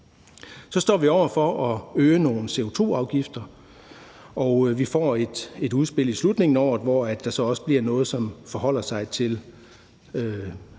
Så står vi over for at øge nogle CO2-afgifter, og vi får et udspil i slutningen af året, hvor der så også bliver noget, som forholder sig til,